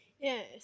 Yes